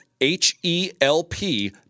H-E-L-P